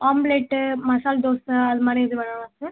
omelette masala dosa அது மாதிரி எதுவும் வேணாமா சார்